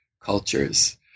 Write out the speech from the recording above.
cultures